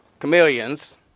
Chameleons